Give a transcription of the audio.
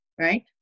right